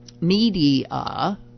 media